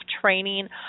training